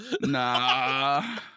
Nah